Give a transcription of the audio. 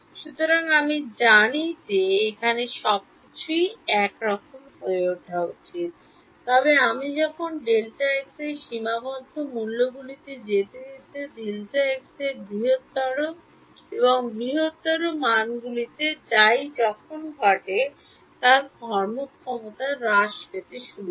সুতরাং আমি জানি যে এখানে সবকিছুই একরকম উঠা উচিত তবে আমি যখন Δx এর সীমাবদ্ধ মূল্যগুলিতে যেতে যেতে Δx এর বৃহত্তর এবং বৃহত্তর মানগুলিতে যাই তখন ঘটে যায় কর্মক্ষমতা হ্রাস পেতে শুরু করে